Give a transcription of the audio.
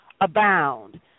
Abound